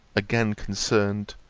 again concerned,